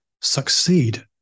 succeed